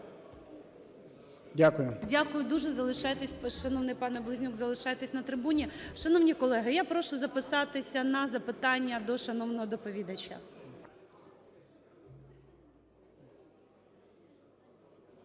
Дякую дуже. Залишайтесь, шановний пане Близнюк, залишайтесь на трибуні. Шановні колеги, я прошу записатися на запитання до шановного доповідача.